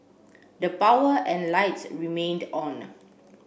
the power and lights remained on